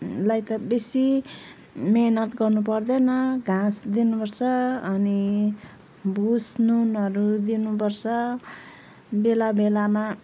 लाई त बेसी मिहिनेत गर्नुपर्दैन घाँस दिनुपर्छ अनि भुस नुनहरू दिनुपर्छ बेला बेलामा